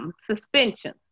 suspensions